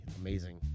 amazing